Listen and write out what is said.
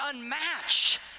unmatched